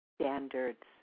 standards